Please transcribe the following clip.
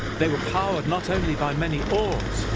they were powered not only by many oars